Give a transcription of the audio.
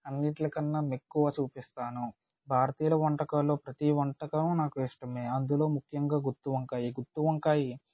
అన్నింటికన్నా మెక్కువ చూపిస్తాను భారతీయుల వంటకాల్లో ప్రతీ వంటకం నాకు ఇష్టమే అందులో ముఖ్యంగా గుత్తివంకాయే గుత్తివంకాయ